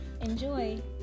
Enjoy